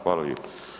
Hvala lijepo.